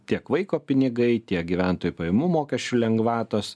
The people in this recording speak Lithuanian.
tiek vaiko pinigai tiek gyventojų pajamų mokesčių lengvatos